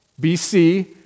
BC